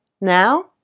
now